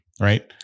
right